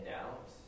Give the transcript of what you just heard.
out